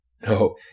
No